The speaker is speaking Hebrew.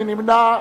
מי נמנע?